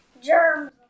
germs